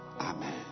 Amen